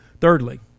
Thirdly